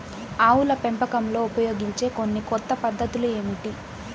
ఆవుల పెంపకంలో ఉపయోగించే కొన్ని కొత్త పద్ధతులు ఏమిటీ?